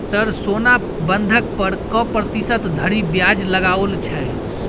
Sir सोना बंधक पर कऽ प्रतिशत धरि ब्याज लगाओल छैय?